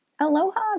Aloha